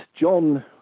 John